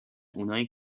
اونایی